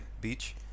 Beach